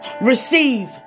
Receive